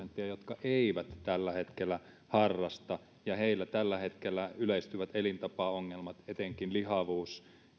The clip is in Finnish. prosenttia jotka eivät tällä hetkellä harrasta ja heillä tällä hetkellä yleistyvät elintapaongelmat etenkin lihavuus